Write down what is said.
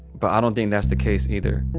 but i don't think that's the case either.